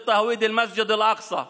נגד ייהוד מסגד אל-אקצא,